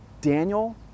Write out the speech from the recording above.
Daniel